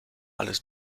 alles